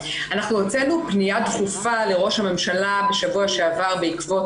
הוצאנו פנייה דחופה לראש הממשלה בשבוע שעבר בעקבות